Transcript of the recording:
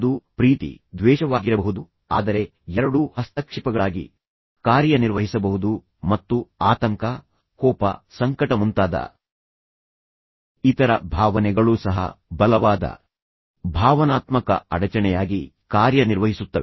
ಅದು ಪ್ರೀತಿ ದ್ವೇಷವಾಗಿರಬಹುದು ಆದರೆ ಎರಡೂ ಹಸ್ತಕ್ಷೇಪಗಳಾಗಿ ಕಾರ್ಯನಿರ್ವಹಿಸಬಹುದು ಮತ್ತು ಆತಂಕ ಕೋಪ ಸಂಕಟ ಮುಂತಾದ ಇತರ ಭಾವನೆಗಳು ಸಹ ಬಲವಾದ ಭಾವನಾತ್ಮಕ ಅಡಚಣೆಯಾಗಿ ಕಾರ್ಯನಿರ್ವಹಿಸುತ್ತವೆ